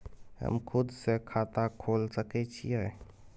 हम खुद से खाता खोल सके छीयै?